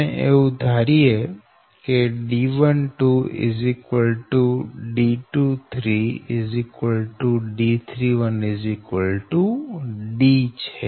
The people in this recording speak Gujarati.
આપણે એવું ધારીએ કે D12 D23 D31 D છે